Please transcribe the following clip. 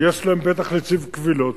יש להם בטח נציבות קבילות,